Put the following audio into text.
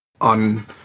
on